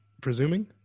presuming